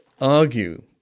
argue